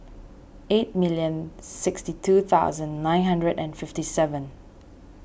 eighty million sixty two thousand nine hundred and fifty seven